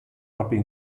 propria